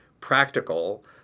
practical